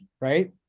Right